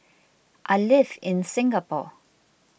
I live in Singapore